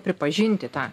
pripažinti tą